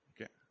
Okay